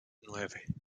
nueve